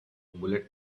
bullet